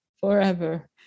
forever